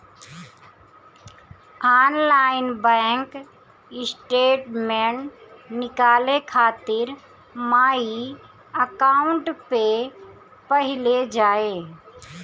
online bank statement निकाले खातिर my account पे पहिले जाए